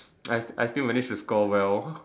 I I still manage to score well